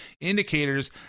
indicators